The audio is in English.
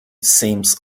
seems